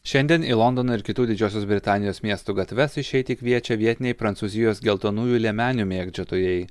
šiandien į londoną ir kitų didžiosios britanijos miestų gatves išeiti kviečia vietiniai prancūzijos geltonųjų liemenių mėgdžiotojai